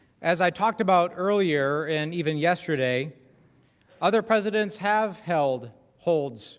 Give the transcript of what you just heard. as i talked about earlier and even yesterday other presidents have held holds